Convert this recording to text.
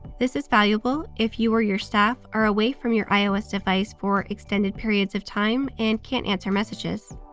this is valuable if you or your staff are away from your ios device for extended periods of time and can't answer messages.